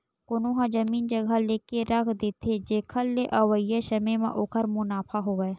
कोनो ह जमीन जघा लेके रख देथे, जेखर ले अवइया समे म ओखर मुनाफा होवय